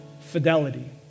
fidelity